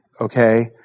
okay